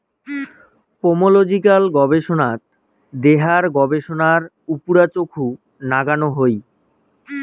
pomological গবেষনাত দেহার গবেষণার উপুরা চখু নাগানো হই